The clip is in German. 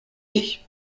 ich